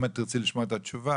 אם את תרצי לשמוע את התשובה.